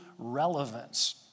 relevance